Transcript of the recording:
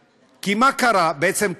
כי, מה קרה, בעצם?